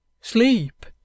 sleep